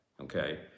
okay